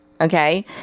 Okay